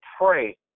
pray